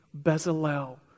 Bezalel